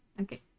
Okay